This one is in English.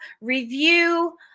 review